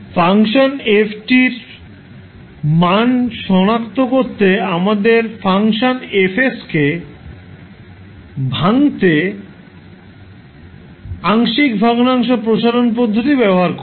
function fএর মানটি সনাক্ত করতে আমরা ফাংশন F কে ভাঙ্গতে আংশিক ভগ্নাংশ প্রসারণ পদ্ধতি ব্যবহার করি